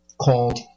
called